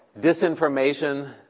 disinformation